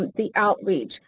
the outreach,